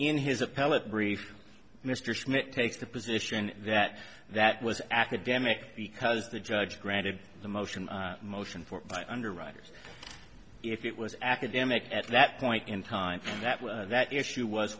in his appellate brief mr schmidt takes the position that that was academic because the judge granted the motion motion for underwriters if it was academic at that point in time that that issue was